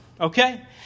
okay